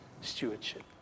stewardship